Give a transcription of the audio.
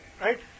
Right